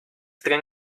tren